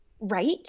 Right